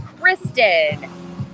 Kristen